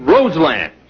Roseland